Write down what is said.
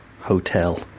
hotel